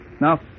Now